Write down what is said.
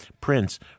Prince